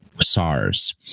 SARS